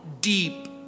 deep